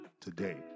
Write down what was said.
today